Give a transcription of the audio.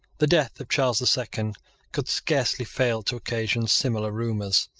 the death of charles the second could scarcely fail to occasion similar rumours.